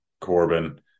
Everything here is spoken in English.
corbin